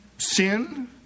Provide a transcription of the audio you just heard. Sin